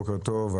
בוקר טוב.